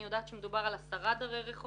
אני יודעת שמדובר על 10 דרי רחוב.